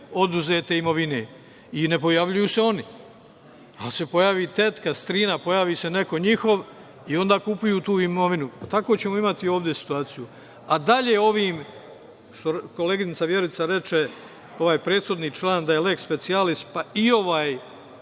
oduzete imovine. I, ne pojavljuju se oni, ali se pojavi tetka, strina, pojavi se neko njihov i onda kupuju tu imovinu. Takvu ćemo imati ovde situaciju. Dalje ovim, što koleginica Vjerica reče, ovaj prethodni član da je leks specijalis, pa i ovaj